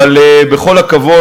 אבל בכל הכבוד,